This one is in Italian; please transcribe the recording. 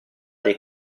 dei